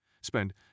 spend